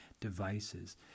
devices